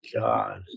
God